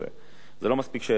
זה לא מספיק שהעברנו את החוק,